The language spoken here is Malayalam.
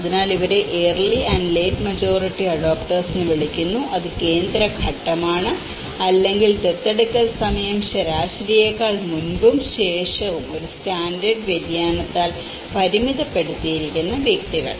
അതിനാൽ ഇവരെ early and late majority adopters വിളിക്കുന്നു അത് കേന്ദ്ര ഘട്ടമാണ് അല്ലെങ്കിൽ ദത്തെടുക്കൽ സമയം ശരാശരിയേക്കാൾ മുമ്പും ശേഷവും ഒരു സ്റ്റാൻഡേർഡ് വ്യതിയാനത്താൽ പരിമിതപ്പെടുത്തിയിരിക്കുന്ന വ്യക്തികൾ